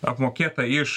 apmokėta iš